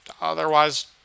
Otherwise